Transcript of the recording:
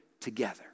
together